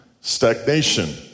stagnation